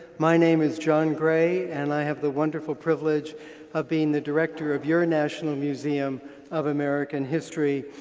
my name is john gray and i have the wonderful privilege of being the director of your national museum of american history.